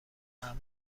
امن